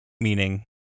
Meaning